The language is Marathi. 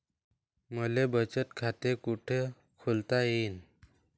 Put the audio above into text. मले बचत खाते कुठ खोलता येईन?